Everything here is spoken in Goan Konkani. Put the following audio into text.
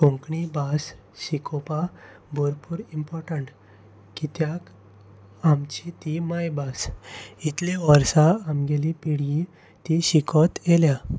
कोंकणी भास शिकोवपाक भरपूर इम्पोटंट कित्याक आमची ती मांयभास इतली वर्सां आमगेली पिडी ती शिकत आयल्या